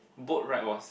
boat ride was